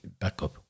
backup